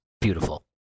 beautiful